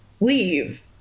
leave